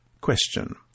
Question